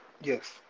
Yes